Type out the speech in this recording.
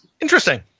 Interesting